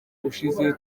ushize